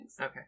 Okay